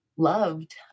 Loved